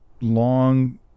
long